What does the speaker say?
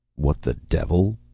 what the devil?